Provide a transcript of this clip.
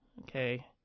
okay